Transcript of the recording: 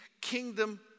kingdom